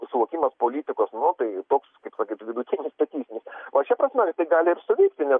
suvokimas politikos nu tai toks kaip sakyt vidutinis statistinis o šia prasme tai gali ir suveikti nes